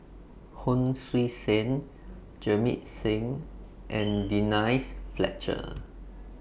Hon Sui Sen Jamit Singh and Denise Fletcher